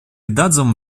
dadzą